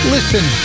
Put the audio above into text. Listen